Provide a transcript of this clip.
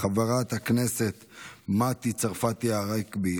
חברת הכנסת מטי צרפתי הרכבי,